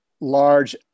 large